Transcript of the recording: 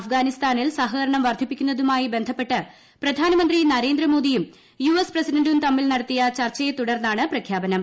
അഫ്ഗാനിസ്ഥാനിൽ സഹകരണം വർദ്ധിപ്പിക്കുന്നതുമായി ബന്ധപ്പെട്ട് പ്രധാനമന്ത്രി നരേന്ദ്രമോദിയും യു എസ് പ്രസിഡന്റും തമ്മിൽ നടത്തിയ ചർച്ചയെ തുടർന്നാണ് പ്രഖ്യാപനം